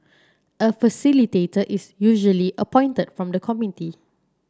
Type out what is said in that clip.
a facilitator is usually appointed from the committee